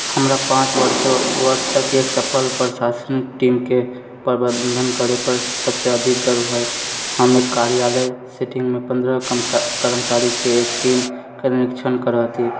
हमरा पाँच वर्ष तकके सफल प्रशासन टीमके प्रबन्धन करय पर सभसे अधिक गर्व हय हम एक कार्यालय सेटिंगमे पन्द्रह कर्मचारीके एक टीमके निरीक्षण करय हथि